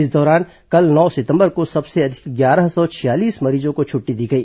इस दौरान कल नौ सितंबर को सबसे अधिक ग्यारह सौ छियालीस मरीजों को छुट्टी दी गई